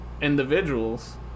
individuals